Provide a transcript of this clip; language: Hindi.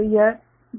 तो यह जुड़ा हुआ है